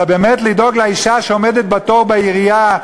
אלא לדאוג באמת לאותה אישה שעומדת בתור בעירייה,